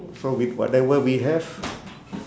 so with whatever we have